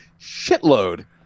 shitload